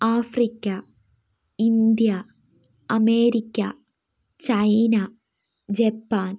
Africa India America China Japan